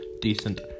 decent